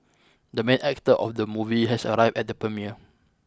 the main actor of the movie has arrived at the premiere